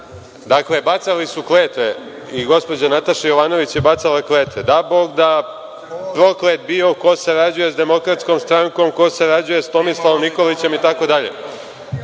Dakle, bacali su kletve i gospođa Nataša Jovanović je bacala kletve – da Bog da, proklet bio ko sarađuje sa DS, ko sarađuje sa Tomislavom Nikolićem, itd.